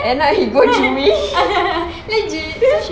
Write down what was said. legit